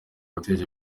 yateje